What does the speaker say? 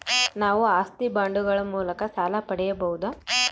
ನಾವು ಆಸ್ತಿ ಬಾಂಡುಗಳ ಮೂಲಕ ಸಾಲ ಪಡೆಯಬಹುದಾ?